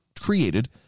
created